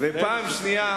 ופעם שנייה